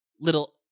little